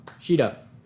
Sheeta